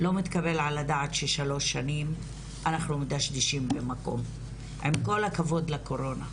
לא מתקבל על הדעת ששלוש שנים אנחנו מדשדשים במקום עם כל הכבוד לקורונה.